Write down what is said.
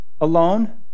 alone